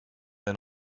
sehr